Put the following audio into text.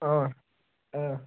اۭں اۭں